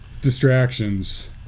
distractions